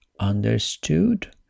understood